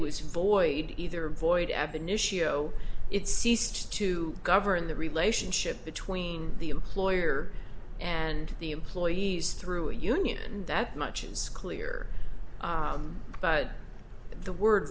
was void either void at the nissho it ceased to govern the relationship between the employer and the employees through a union and that much is clear but the word